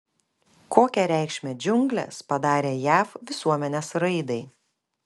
kokią reikšmę džiunglės padarė jav visuomenės raidai